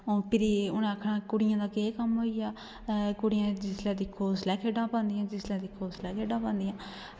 भिरी उ'नें आखना कुड़ियें दा केह् कम्म होइया कुड़ियां जिसलै दिक्खो उसलै खेढां पांदियां जिसलै दिक्खो उसलै खेढां पांदियां